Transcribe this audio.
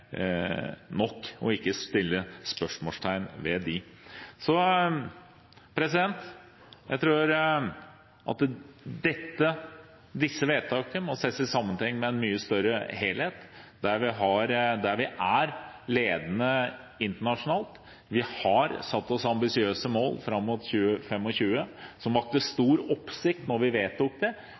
nok og ikke stille spørsmål ved dem. Jeg tror disse vedtakene må ses i sammenheng med en mye større helhet der vi er ledende internasjonalt. Vi har satt oss ambisiøse mål fram mot 2025. De vakte stor oppsikt da vi vedtok dem, men nå er det